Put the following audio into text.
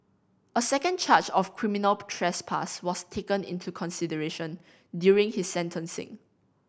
a second charge of criminal trespass was taken into consideration during his sentencing